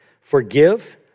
forgive